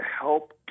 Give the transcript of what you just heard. help